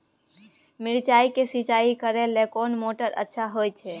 मिर्चाय के सिंचाई करे लेल कोन मोटर अच्छा होय छै?